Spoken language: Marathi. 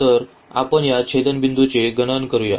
तर आपण या छेदनबिंदूचे गणन करूया